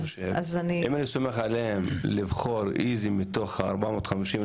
אם אני סומך עליהם לבחור איזה מתוך ה-450,